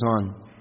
on